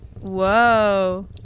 Whoa